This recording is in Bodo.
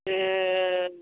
ए